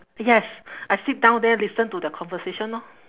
yes I sit down there listen to their conversation lor